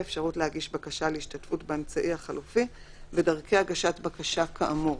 האפשרות להגיש בקשה להשתתפות באמצעי החלופי ודרכי הגשת בקשה כאמור.